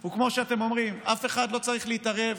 הוא כמו שאתם אומרים, אף אחד לא צריך להתערב,